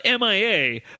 MIA